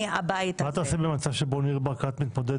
מה תעשי במצב שבו ניר ברקת מתמודד